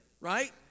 right